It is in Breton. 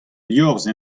liorzh